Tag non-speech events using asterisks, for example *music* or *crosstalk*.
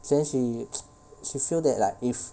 then she *noise* she feel that like if